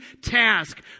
task